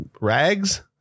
rags